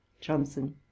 Johnson